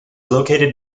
located